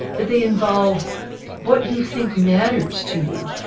but they involve what you think matters to you,